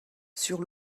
sur